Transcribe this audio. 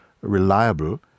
reliable